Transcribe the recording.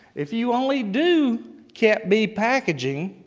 if you only do cat b packaging,